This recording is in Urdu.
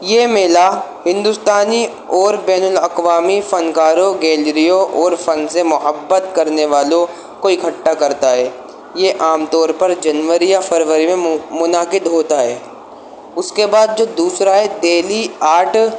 یہ میلہ ہندستانی اور بین الاقوامی فنکاروں گیلریوں اور فن سے محبت کرنے والوں کو اکٹھا کرتا ہے یہ عام طور پر جنوری یا فروری میں منعقد ہوتا ہے اس کے بعد جو دوسرا ہے دلی آرٹ